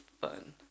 fun